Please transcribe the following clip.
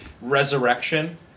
resurrection